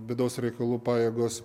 vidaus reikalų pajėgos